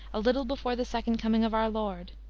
a little before the second coming of our lord.